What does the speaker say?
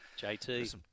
jt